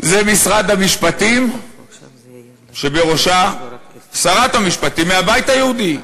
זה משרד המשפטים שבראשו שרת המשפטים מהבית היהודי,